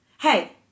Hey